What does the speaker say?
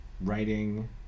writing